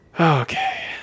okay